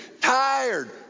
tired